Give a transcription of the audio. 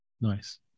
Nice